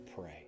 pray